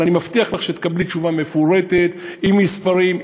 אבל אני מבטיח לך שתקבלי תשובה מפורטת עם מספרים,